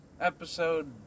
episode